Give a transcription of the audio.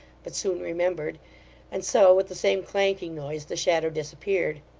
but soon remembered and so, with the same clanking noise, the shadow disappeared.